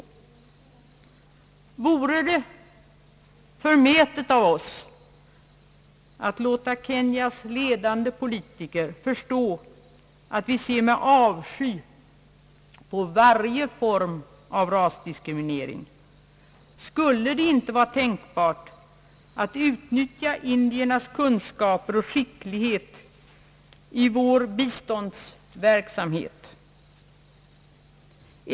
Vore det förmätet av oss att låta Kenyas ledande politiker förstå att vi ser med avsky på varje form av rasdiskriminering? Skulle det inte vara tänkbart att utnyttja indiernas kunskaper och skicklighet i vår biståndsverksamhet?